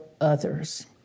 others